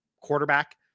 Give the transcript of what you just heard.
quarterback